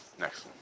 Next